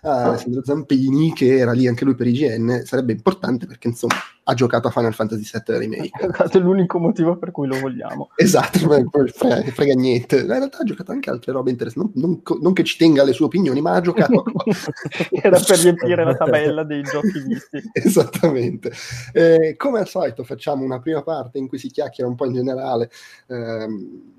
Ah, Alessandro Zampini, che era lì anche lui per IGN, sarebbe importante perché, insomma, ha giocato a Final Fantasy VII remake. Esatto, è l'unico motivo per cui lo vogliamo. Esatto, ma poi frega- frega niente. In realtà ha giocato anche altre robe interessanti. Non- non co- non che ci tenga alle sue opinioni, ma ha giocato a co- Era per riempire la tabella dei giochi visti. Esattamente. Eh, come al solito, facciamo una prima parte in cui si chiacchiera un po' in generale, ehm,